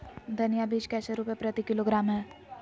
धनिया बीज कैसे रुपए प्रति किलोग्राम है?